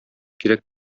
кирәк